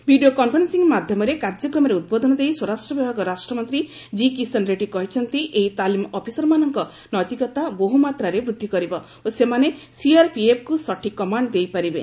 video conferencing ମାଧ୍ୟମରେ କାର୍ଯ୍ୟକ୍ରମରେ ଉଦ୍ବୋଧନ ଦେଇ ସ୍ୱରାଷ୍ଟ୍ର ବିଭାଗ ରାଷ୍ଟ୍ରମନ୍ତ୍ରୀ ଜି କିଶନ ରେଡ୍ରୀ କହିଛନ୍ତି ଏହି ତାଲିମ୍ ଅଫିସରମାନଙ୍କର ନୈତିକତା ବହୁମାତ୍ରାରେ ବୃଦ୍ଧି କରିବ ଓ ସେମାନେ ସିଆର୍ପିଏଫ୍କୁ ସଠିକ୍ କମାଣ୍ଡ ଦେଇପାରିବେ